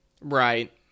Right